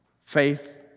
Faith